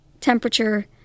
temperature